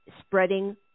spreading